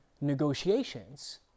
negotiations